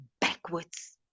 backwards